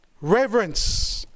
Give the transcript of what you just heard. Reverence